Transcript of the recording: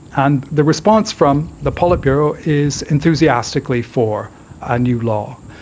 and the response from the politburo is enthusiastically for a new law.